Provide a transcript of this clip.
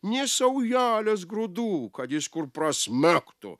nė saujelės grūdų kad jis kur prasmegtų